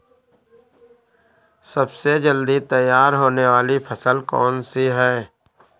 सबसे जल्दी तैयार होने वाली फसल कौन सी है?